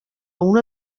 una